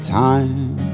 time